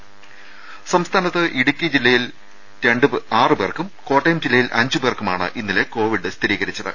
രേര സംസ്ഥാനത്ത് ഇന്നലെ ഇടുക്കി ജില്ലയിൽ ആറു പേർക്കും കോട്ടയം ജില്ലയിൽ അഞ്ചു പേർക്കുമാണ് കോവിഡ് സ്ഥിരീകരിച്ചത്